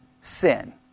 sin